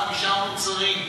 חמישה מוצרים,